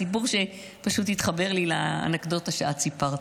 סיפור שפשוט התחבר לי לאנקדוטה שאת סיפרת.